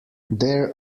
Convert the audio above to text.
there